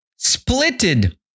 splitted